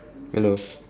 hello